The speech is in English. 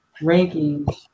rankings